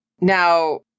Now